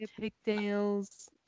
pigtails